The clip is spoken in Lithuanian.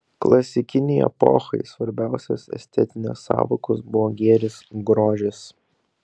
klasikinei epochai svarbiausios estetinės sąvokos buvo gėris grožis